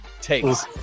takes